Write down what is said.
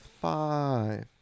five